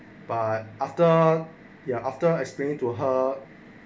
but after ya after explaining to her